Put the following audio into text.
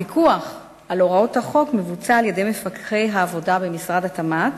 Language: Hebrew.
הפיקוח על הוראת החוק מבוצע על-ידי מפקחי העבודה במשרד התמ"ת,